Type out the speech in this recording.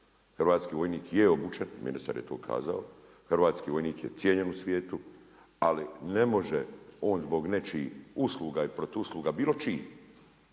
hrvatski vojnik je obučen, ministar je to ukazao, hrvatski vojnik je cijenjen u svijetu, ali ne može on zbog nečijih usluga i protuusluga, bilo čiji